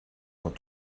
quand